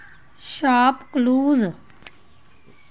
ShopClues